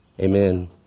Amen